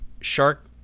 shark